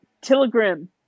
telegram